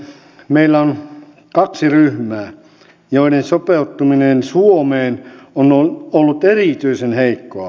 meillä on kaksi ryhmää joiden sopeutuminen suomeen on ollut erityisen heikkoa